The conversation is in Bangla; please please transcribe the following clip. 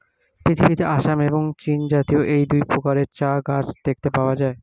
পৃথিবীতে আসাম এবং চীনজাতীয় এই দুই প্রকারের চা গাছ দেখতে পাওয়া যায়